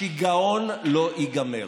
השיגעון לא ייגמר.